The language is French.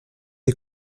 est